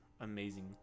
amazing